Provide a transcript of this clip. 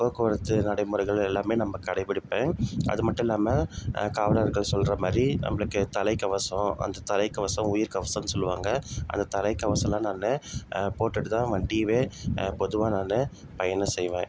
போக்குவரத்து நடைமுறைகள் எல்லாமே நம்ம கடைபிடிப்பேன் அது மட்டும் இல்லாமல் காவலர்கள் சொல்கிற மாதிரி நம்மளுக்கு தலைக்கவசம் அந்த தலைக்கவசம் உயிர்க்கவசம்னு சொல்லுவாங்க அந்த தலைக்கவசமெலாம் நான் போட்டுகிட்டு தான் வண்டியவே பொதுவாக நான் பயணம் செய்வேன்